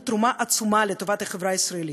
תרומה עצומה לטובת החברה הישראלית.